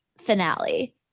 finale